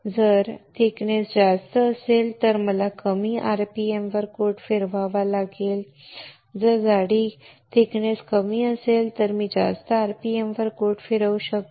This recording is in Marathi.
जर जाडी जास्त असेल तर मला कमी आरपीएमवर कोट फिरवावा लागेल आणि जर जाडी कमी असेल तर मी जास्त आरपीएमवर कोट फिरवू शकतो